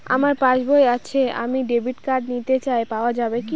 আমার পাসবই আছে আমি ডেবিট কার্ড নিতে চাই পাওয়া যাবে কি?